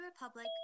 Republic